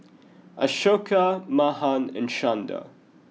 Ashoka Mahan and Chanda